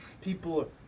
people